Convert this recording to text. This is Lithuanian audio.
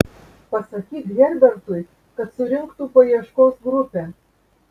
pasakyk herbertui kad surinktų paieškos grupę